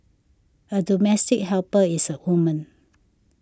a domestic helper is a woman